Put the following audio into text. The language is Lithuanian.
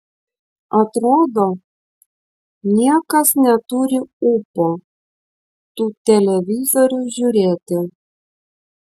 atrodo niekas neturi ūpo tų televizorių žiūrėti